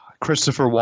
Christopher